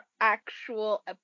actual